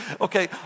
okay